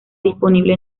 disponible